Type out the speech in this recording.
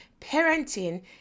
Parenting